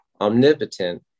omnipotent